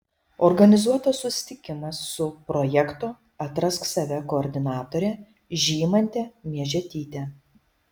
organizuotas susitikimas su projekto atrask save koordinatore žymante miežetyte